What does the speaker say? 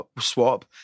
swap